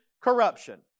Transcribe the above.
corruption